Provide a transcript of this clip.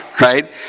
right